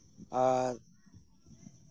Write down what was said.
ᱟᱨ